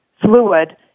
fluid